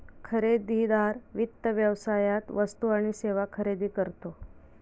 खरेदीदार वित्त व्यवसायात वस्तू आणि सेवा खरेदी करतो